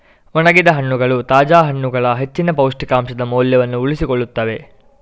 ಒಣಗಿದ ಹಣ್ಣುಗಳು ತಾಜಾ ಹಣ್ಣುಗಳ ಹೆಚ್ಚಿನ ಪೌಷ್ಟಿಕಾಂಶದ ಮೌಲ್ಯವನ್ನು ಉಳಿಸಿಕೊಳ್ಳುತ್ತವೆ